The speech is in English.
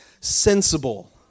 sensible